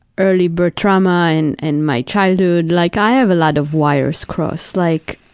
early birth trauma and and my childhood, like i have a lot of wires crossed. like,